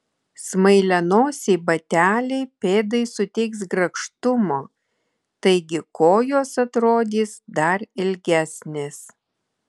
smailianosiai bateliai pėdai suteiks grakštumo taigi kojos atrodys dar ilgesnės